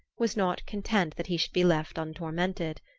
was not content that he should be left untormented.